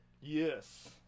Yes